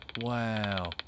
Wow